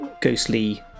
ghostly